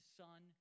son